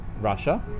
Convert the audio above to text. Russia